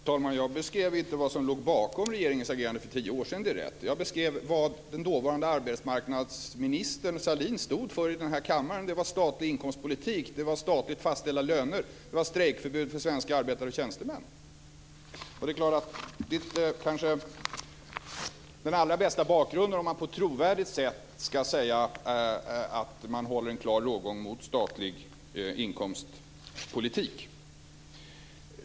Fru talman Jag beskrev inte vad som låg bakom regeringens agerande för tio år sedan. Jag beskrev vad den dåvarande arbetsmarknadsministern Sahlin stod för i den här kammaren. Det var statlig inkomstpolitik, statligt fastställda löner och strejkförbud för svenska arbetare och tjänstemän. Det är kanske inte den allra bästa bakgrunden om man på ett trovärdigt sätt ska hålla en klar rågång mot statlig inkomstpolitik.